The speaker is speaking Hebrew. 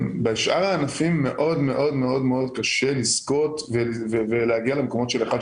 בשאר הענפים מאוד קשה לזכות ולהגיע למקומות של 1,